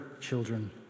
children